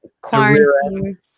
quarantine